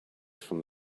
from